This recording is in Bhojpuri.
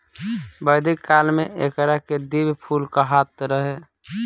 वैदिक काल में एकरा के दिव्य फूल कहात रहे